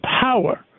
power